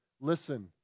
listen